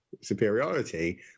superiority